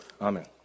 Amen